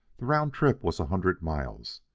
the round trip was a hundred miles,